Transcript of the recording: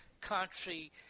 country